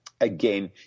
again